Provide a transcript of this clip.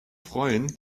freuen